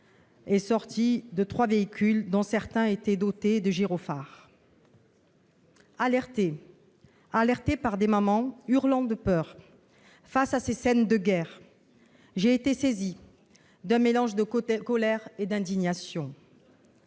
sortis de trois véhicules, dont certains étaient dotés de gyrophare. Alertée par des mères hurlant de peur face à ces scènes de guerre, j'ai été saisie d'un mélange de colère et d'indignation.